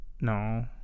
No